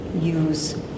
use